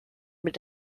mit